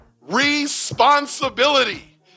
responsibility